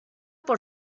por